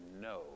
no